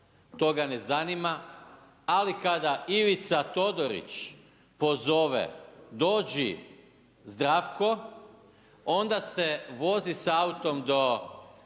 to ga ne zanima ali kada Ivica Todorić pozove dođi Zdravko onda se vozi s autom do